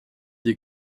des